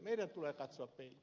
meidän tulee katsoa peiliin